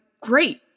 great